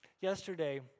Yesterday